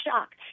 shocked